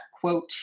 quote